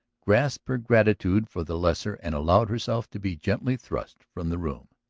gasped her gratitude for the lesser and allowed herself to be gently thrust from the room.